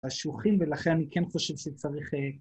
השוחים ולכן אני כן חושב שצריך...